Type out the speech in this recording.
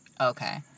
Okay